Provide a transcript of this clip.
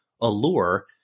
Allure